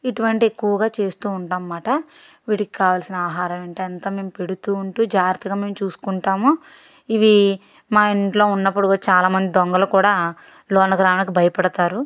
ఇటువంటి ఎక్కువగా చేస్తూ ఉంటాం అన్నమాట వీటికి కావాల్సిన ఆహారం అంట అంతా మేము పెడుతూ ఉంటూ జాగ్రత్తగా మేము చూసుకుంటాము ఇవి మా ఇంట్లో ఉన్నప్పుడు చాలా మంది దొంగలు కూడా లోనకు రానికి భయపడతారు